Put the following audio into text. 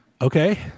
Okay